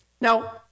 Now